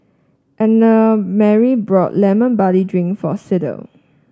Annemarie bought Lemon Barley Drink for Sydell